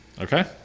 Okay